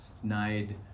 snide